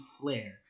Flare